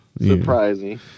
surprising